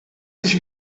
nicht